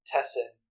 Tessin